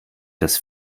dass